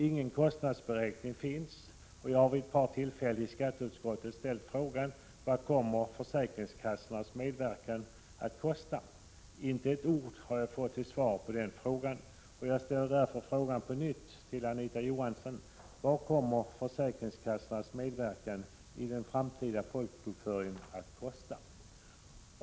Ingen kostnadsberäkning finns, och jag har vid ett par tillfällen i skatteutskottet ställt frågan: Vad kommer försäkringskassornas medverkan att kosta? Icke ett ord har jag fått till svar på denna fråga. Jag ställer frågan på nytt till Anita Johansson: Vad kommer försäkringskassornas medverkan i den framtida folkbokföringen att kosta?